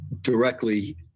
directly